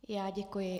I já děkuji.